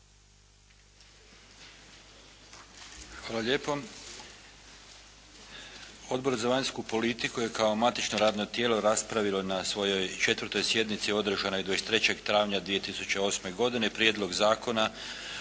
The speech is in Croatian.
Hvala lijepo. Odbor za vanjsku politiku je kao matično radno tijelo raspravio na svojoj 4. sjednici održanoj 23. travnja 2008. godine Prijedlog zakona